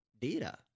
data